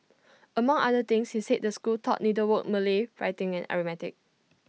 among other things he said the school taught needlework Malay writing and arithmetic